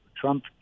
Trump